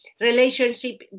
relationship